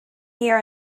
here